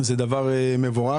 זה דבר מבורך.